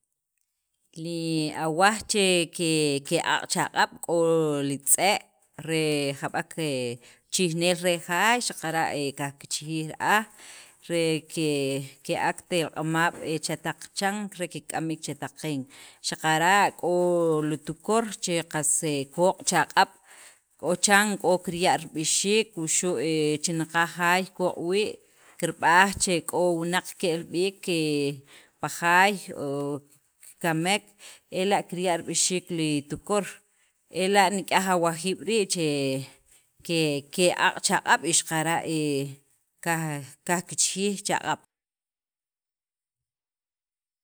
Li awaj che ke ke'aq' chaq'ab', k'o li tz'e' re jab'ek he chijneel re jaay xaqara' he kajkichijij ra'aj re ke ke'akt elq'omaab' cha chataq qachan re kikk'am b'iik chetaq qeen xaqara' k'o li tukor che qas koq' chaq'ab', k'o chan k'o kirya' rib'ixiik wuxu' he chinaqaj jaay koq' wii' kirb'aj che k'o wunaq ke'l b'iik pa jaay o kikamek ela' kirya' rib'ixiik li tukor ela' nik'yaj awajiib' rii' ke'aq' chaq'ab' y xaqara' he kajkichijij chaq'ab'.